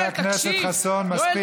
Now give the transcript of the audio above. חבר הכנסת חסון, מספיק.